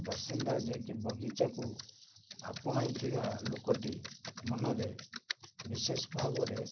ବାସିନ୍ଦା ଯେ କି ବଗିଚାକୁ ଆପଣାଇଥିବା ଲୋକଟି ମନରେ ବିଶେଷ ଭାବରେ